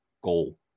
goal